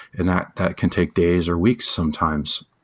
and that that can take days or weeks sometimes.